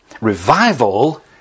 Revival